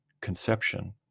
conception